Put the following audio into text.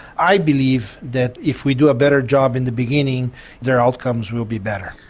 i believe that if we do a better job in the beginning their outcomes will be better.